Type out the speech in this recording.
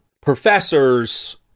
professor's